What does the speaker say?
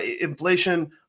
inflation